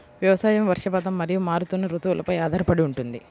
వ్యవసాయం వర్షపాతం మరియు మారుతున్న రుతువులపై ఆధారపడి ఉంటుంది